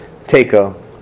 Takeo